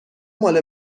مال